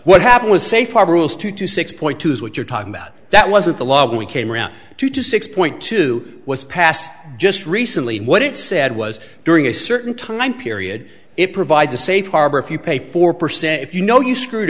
what happened was safe harbor rules two to six point two is what you're talking about that wasn't the law when we came around two to six point two was passed just recently what it said was during a certain time period it provides a safe harbor if you pay four percent if you know you screwed